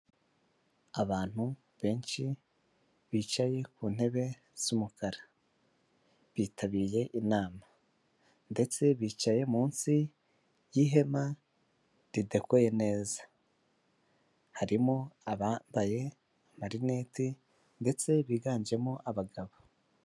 Abantu benshi bicaye ku ntebe z'umukara, bitabiriye inama ndetse bicaye munsi y'ihema ridekoye neza, harimo abambaye amarineti ndetse biganjemo abagabo.